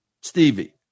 Stevie